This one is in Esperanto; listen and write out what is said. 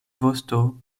vosto